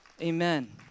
Amen